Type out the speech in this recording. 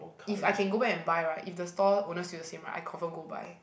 if I can go back and buy right if the store owner still the same right I confirm go buy